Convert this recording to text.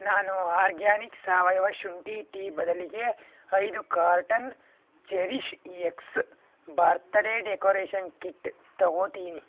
ನಾನು ಆರ್ಗ್ಯಾನಿಕ್ ಸಾವಯವ ಶುಂಠಿ ಟೀ ಬದಲಿಗೆ ಐದು carton cherish X birthday decoration kit ತಗೋತೀನಿ